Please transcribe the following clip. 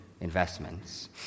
investments